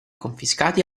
confiscati